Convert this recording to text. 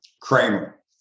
kramer